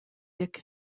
dick